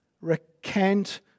Recant